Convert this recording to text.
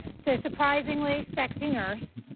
so surprisingly sexy nurse.